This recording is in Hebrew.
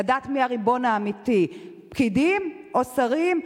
לדעת מי הריבון האמיתי: פקידים או שרים.